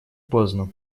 поздно